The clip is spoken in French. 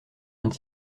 vingt